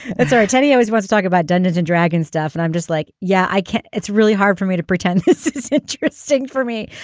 it's teddy i was once talking about dungeons and dragons stuff and i'm just like yeah i can't it's really hard for me to pretend it's it's interesting for me.